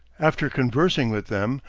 after conversing with them,